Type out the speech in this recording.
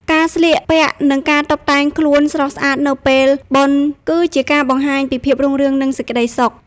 ការស្លៀកពាក់និងការតុបតែងខ្លួនស្រស់ស្អាតនៅពេលបុណ្យគឺជាការបង្ហាញពីភាពរុងរឿងនិងសេចក្ដីសុខ។